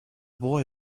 boy